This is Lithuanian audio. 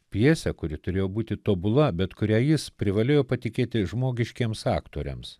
pjesę kuri turėjo būti tobula bet kurią jis privalėjo patikėti žmogiškiems aktoriams